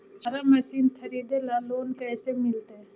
चारा मशिन खरीदे ल लोन कैसे मिलतै?